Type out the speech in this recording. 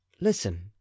listen